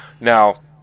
Now